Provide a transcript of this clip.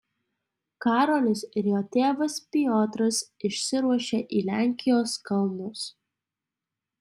karolis ir jo tėvas piotras išsiruošia į lenkijos kalnus